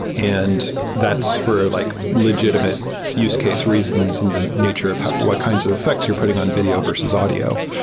and that's for like legitimate use case reasons and the nature of what kinds of effects you're putting on video versus audio.